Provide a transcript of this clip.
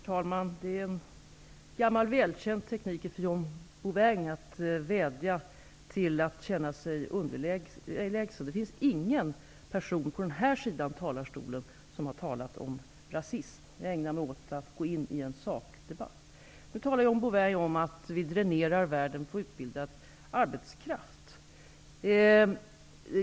Fru talman! Det är en gammal välkänd teknik från Bouvin att vädja till att känna sig underlägsen. Det finns ingen person som från den här sidan av talarstolen har talat om rasism. Jag ägnar mig åt att gå in i en sakdebatt. Bouvin talar nu om att vi dränerar tredje världen från utbildad arbetskraft.